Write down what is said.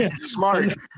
Smart